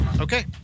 Okay